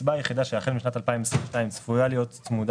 הקצבה היחידה שהחל מ-2022 צפויה להיות צמודה